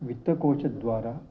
वित्तकोशद्वारा